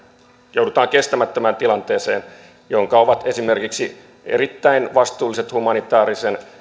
joudutaan kestämättömään tilanteeseen jonka esimerkiksi erittäin vastuulliset humanitaarisen